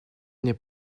n’est